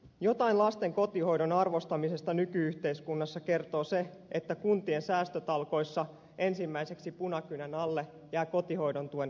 jotain lasten kotihoidon arvostamisesta nyky yhteiskunnassa kertoo se että kuntien säästötalkoissa ensimmäiseksi punakynän alle jäävät kotihoidon tuen kuntalisät